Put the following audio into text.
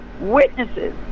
witnesses